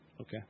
Okay